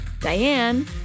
Diane